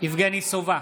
יבגני סובה,